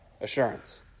Assurance